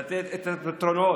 לתת את הפתרונות.